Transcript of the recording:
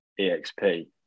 EXP